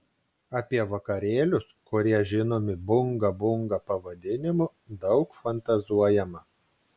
apie vakarėlius kurie žinomi bunga bunga pavadinimu daug fantazuojama